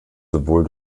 sowohl